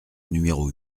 numéro